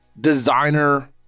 designer